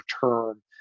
term